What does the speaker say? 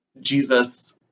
Jesus